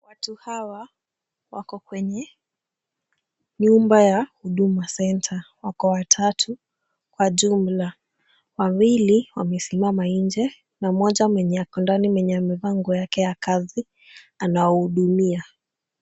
Watu hawa wako kwenye nyumba ya huduma centre. Wako watatu kwa jumla. Wawili wamesimama nje na mmoja mwenye ako ndani mwenye amevaa nguo yake ya kazi, anawahudumia.